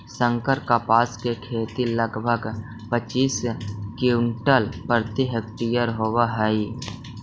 संकर कपास के खेती लगभग पच्चीस क्विंटल प्रति हेक्टेयर होवऽ हई